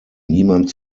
niemand